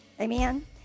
Amen